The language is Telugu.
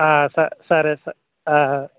ఆ స సరే స ఆ